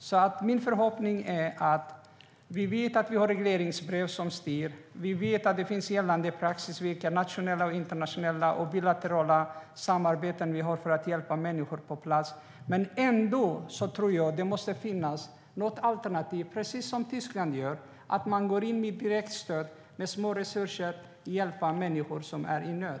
Jag vet att regleringsbrev styr och att det finns gällande praxis för vilka nationella, internationella och bilaterala samarbeten vi har för att hjälpa människor på plats. Men det måste ändå finnas något alternativ. Tyskland till exempel går in med direktstöd, med små resurser, och hjälper människor i nöd.